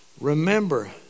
Remember